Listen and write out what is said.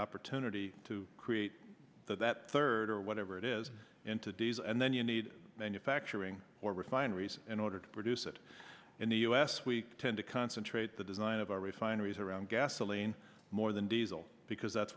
opportunity to create that third or whatever it is into days and then you need manufacturing or refineries in order to produce it in the u s we tend to concentrate the design of our refineries around gasoline more than diesel because that's